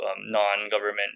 non-government